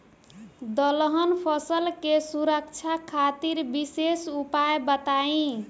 दलहन फसल के सुरक्षा खातिर विशेष उपाय बताई?